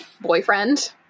boyfriend